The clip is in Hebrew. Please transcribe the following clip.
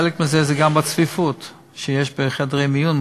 חלק מזה הוא גם בגלל הצפיפות בחדרי המיון,